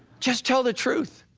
just tell the truth.